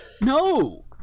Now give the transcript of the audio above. No